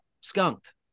skunked